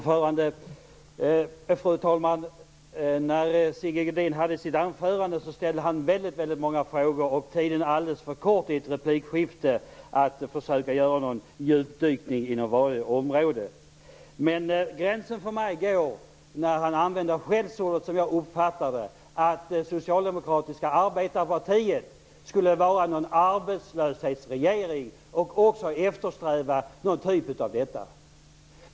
Fru talman! När Sigge Godin höll sitt anförande ställde han väldigt många frågor. Tiden är alldeles för kort i ett replikskifte för att jag skall hinna göra någon djupdykning inom varje område. Gränsen för mig är nådd när Sigge Godin använder skällsord, som jag uppfattar det. Han säger att Socialdemokratiska arbetarpartiet skulle vara något slags arbetslöshetsregering och också eftersträva detta.